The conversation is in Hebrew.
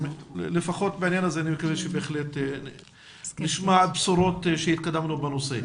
אני מקווה שלפחות בעניין הזה נשמע בשורות וכי התקדמנו בנושא.